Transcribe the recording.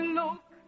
look